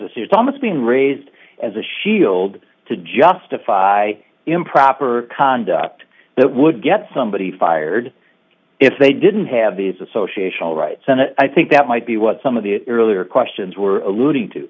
is almost being raised as a shield to justify improper conduct that would get somebody fired if they didn't have these associational rights and i think that might be what some of the earlier questions were alluding to